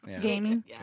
Gaming